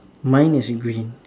mine is green